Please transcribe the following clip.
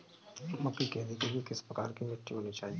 मक्के की खेती के लिए किस प्रकार की मिट्टी होनी चाहिए?